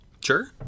Sure